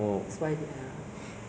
eight hours straight lah